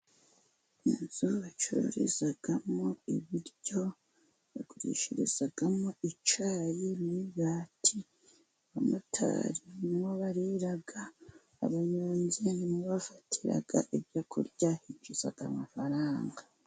Inzu bacururizamo ibiryo, bagurishirizamo icyayi n'imigatiti, abamotari nimwo barira, abanyonzi nimwo bafatira ibyo kurya, binjiza amafaranga.